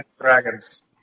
Dragons